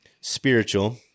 spiritual